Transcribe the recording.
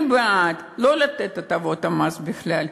אני בעד לא לתת הטבות מס בכלל.